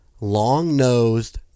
long-nosed